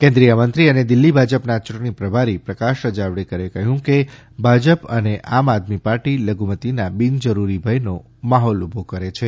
કેન્દ્રીય મંત્રી અને દિલ્લી ભાજપના યૂંટણી પ્રભારી પ્રકાશ જાવડેકરે કહ્યું કે ભાજપ અને આમઆદમી પાર્ટી લધુમતીનાં બિનજરૂરી ભયનો માહોલ ઉભો કરે છે